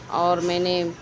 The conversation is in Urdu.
اور میں نے